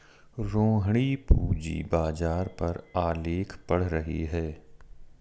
रोहिणी पूंजी बाजार पर आलेख पढ़ रही है